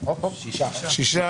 שישה.